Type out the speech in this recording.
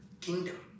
kingdom